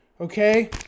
okay